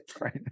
Right